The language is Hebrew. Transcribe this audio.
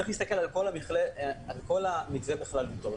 צריך להסתכל על המתווה בכללותו.